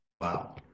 Wow